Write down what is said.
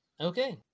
Okay